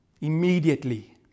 Immediately